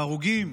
בהרוגים.